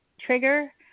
trigger